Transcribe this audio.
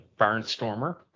barnstormer